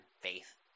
faith